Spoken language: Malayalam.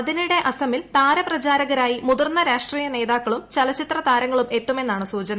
അതിനിടെ അസ്പ്രമീൽ താര പ്രചാരകരായി മുതിർന്ന രാഷ്ട്രീയ നേതാക്കളും ചലച്ചിത്രി താരങ്ങളും എത്തുമെന്നാണ് സൂചന